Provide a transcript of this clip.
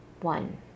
one